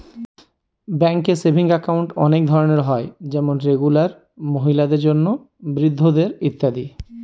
ব্যাঙ্কে savings account অনেক ধরনের হয় যেমন রেগুলার, মহিলাদের জন্য, বৃদ্ধদের ইত্যাদি